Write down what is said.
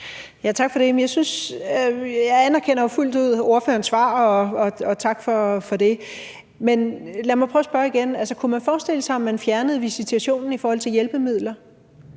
Tak for det. Jeg anerkender fuldt ud ordførerens svar, og tak for det. Men lad mig prøve at spørge igen: Kunne SF forestille sig, at man fjerner visitationen til hjælpemidler,